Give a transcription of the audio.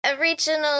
original